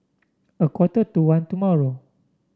a quarter to one tomorrow